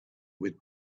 with